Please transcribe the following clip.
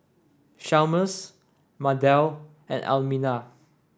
Chalmers Mardell and Almina